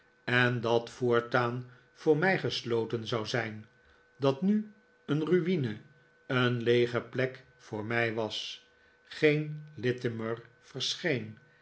en dat voortaan voor mij gesloten zou zijn dat nu een mine een leege plek voor mij was geen littimer verscheen